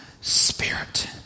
spirit